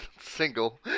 single